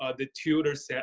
ah the tutors, yeah